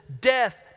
death